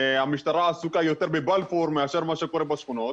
המשטרה עסוקה יותר בבלפור מאשר במה שקורה בשכונות,